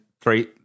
three